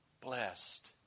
Blessed